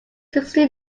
sixty